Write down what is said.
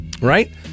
Right